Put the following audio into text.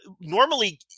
normally